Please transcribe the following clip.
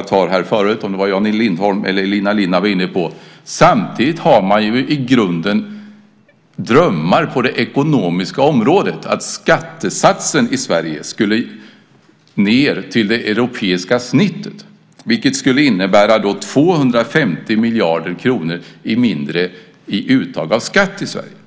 det var Jan Lindholm eller Elina Linna som tidigare var inne på att man i den borgerliga alliansen i grunden samtidigt har drömmar på det ekonomiska området om att skattesatsen i Sverige ska ned till det europeiska snittet, vilket skulle innebära 250 miljarder kronor mindre i skatteuttag i Sverige.